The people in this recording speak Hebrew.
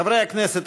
חברי הכנסת,